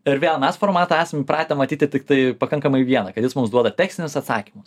ir vėl mes formatą esam pratę matyti tiktai pakankamai vieną kad jis mums duoda tekstinius atsakymus